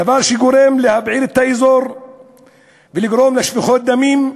דבר שיבעיר את האזור ויגרום לשפיכות דמים.